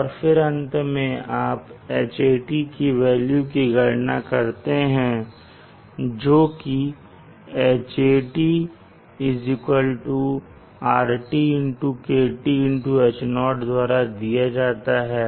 और फिर अंत में आप Hat के वेल्यू की गणना करते हैं जो कि Hat rT KT H0 द्वारा दिया जाता है